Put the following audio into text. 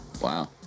Wow